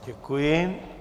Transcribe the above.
Děkuji.